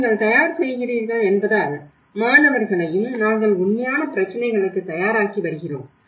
நீங்கள் தயார் செய்கிறீர்கள் என்பதால் மாணவர்களையும் நாங்கள் உண்மையான பிரச்சினைகளுக்குத் தயாராக்கி வருகிறோம்